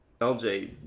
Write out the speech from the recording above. LJ